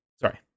sorry